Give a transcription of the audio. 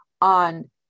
on